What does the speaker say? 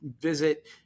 visit